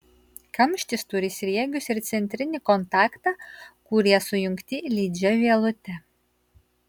kamštis turi sriegius ir centrinį kontaktą kurie sujungti lydžia vielute